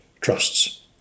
trusts